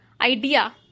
idea